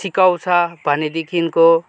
सिकाउँछ भने देखिको